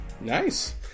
Nice